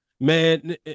Man